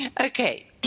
Okay